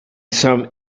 some